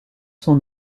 son